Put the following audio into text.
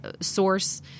source